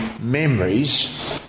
memories